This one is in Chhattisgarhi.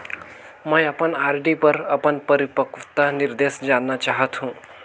मैं अपन आर.डी पर अपन परिपक्वता निर्देश जानना चाहत हों